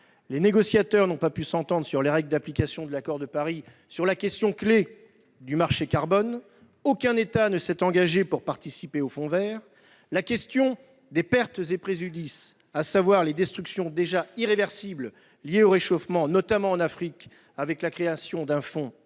Les négociateurs n'ont pas pu s'entendre sur les règles d'application de l'accord de Paris concernant la question clé du marché carbone. Aucun État ne s'est engagé pour participer au fonds vert. La question des « pertes et préjudices », à savoir les destructions déjà irréversibles liées au réchauffement, notamment en Afrique, avec la création d'un fonds,